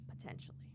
potentially